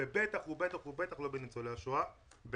ובטח לא בניצולי השואה.